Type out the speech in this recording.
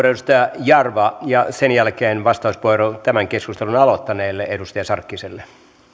edustaja jarva ja sen jälkeen vastauspuheenvuoro tämän keskustelun aloittaneelle edustaja sarkkiselle